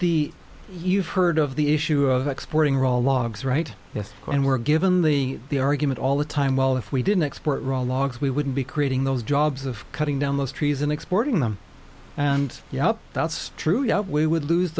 the you've heard of the issue of exporting roll logs right yes and were given the argument all the time well if we didn't export raw logs we wouldn't be creating those jobs of cutting down those trees and exporting them and yup that's true we would lose